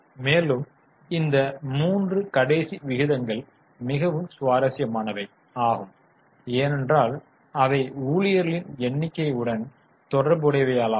மேலும் இந்த 3 கடைசி விகிதங்கள் மிகவும் சுவாரஸ்யமானவை ஆகும் ஏனென்றால் அவை ஊழியர்களின் எண்ணிக்கை உடன் தொடர்புடையவைகளாகும்